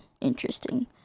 interesting